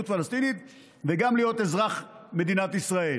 פלסטינית וגם להיות אזרח מדינת ישראל.